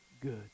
good